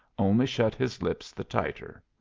only shut his lips the tighter.